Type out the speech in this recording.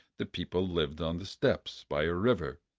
the people lived on the steppes, by a river,